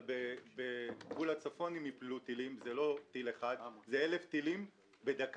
אבל בגבול הצפון אם יפלו טילים זה לא טיל אחד אלא זה 1,000 טילים בדקה.